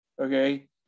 okay